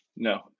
No